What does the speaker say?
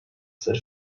said